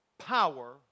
Power